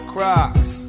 Crocs